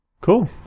cool